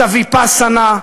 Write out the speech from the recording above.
את הוויפאסנה.